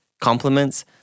compliments